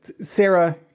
Sarah